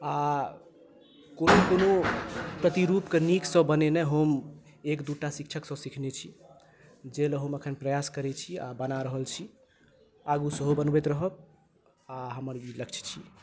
आ कोनो कोनो प्रतिरूप के नीकसँ बनेनाइ हम एक दू टा शिक्षकसँ सीखने छी जाहि लेल हम एखन प्रयास करै छी आ बना रहल छी आगू सेहो बनबैत रहब आ हमर ई लक्ष्य छी